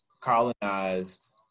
colonized